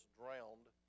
drowned